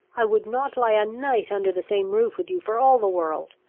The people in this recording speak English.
i would not lie a night under the same roof with you for all the world!